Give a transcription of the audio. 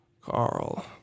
Carl